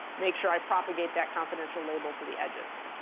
make sure i propagate that confidential label to the edges.